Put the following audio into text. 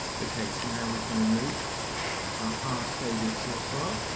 okay, so now we can remove our hard-coded source file